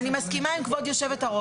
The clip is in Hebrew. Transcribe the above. אני מסכימה עם כבוד היושבת-ראש.